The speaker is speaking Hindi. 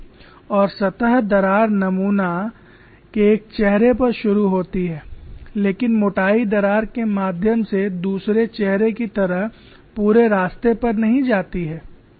और सतह दरार नमूना के एक चेहरे पर शुरू होती है लेकिन मोटाई दरार के माध्यम से दूसरे चेहरे की तरह पूरे रास्ते पर नहीं जाती है